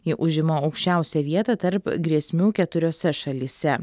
ji užima aukščiausią vietą tarp grėsmių keturiose šalyse